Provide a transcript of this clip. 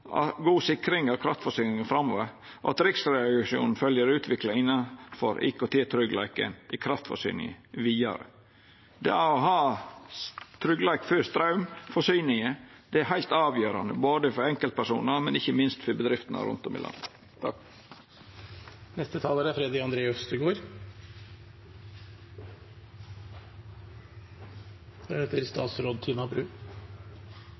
god sikring av kraftforsyninga framover, og at Riksrevisjonen følgjer utviklinga innanfor IKT-tryggleiken i kraftforsyninga vidare. Det å ha tryggleik for straumforsyninga er heilt avgjerande både for enkeltpersonar og, ikkje minst, for bedriftene rundt om i landet.